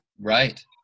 Right